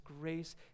grace